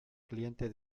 cliente